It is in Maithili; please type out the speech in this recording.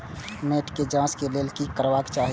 मैट के जांच के लेल कि करबाक चाही?